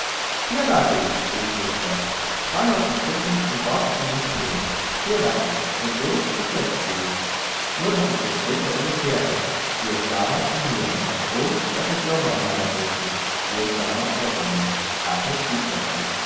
hier lag ich rief gustav sprang aus dem schlitten und warf sich in den schnee hier lag ich und so wie ich jetzt liege nur daß es jetzt winter um mich her ist wie es damals in mir war und daß es sommer in meiner brust ist wie damals außer mir agnes schwieg dazu